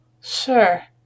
Sure